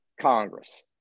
Congress